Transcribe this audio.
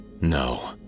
no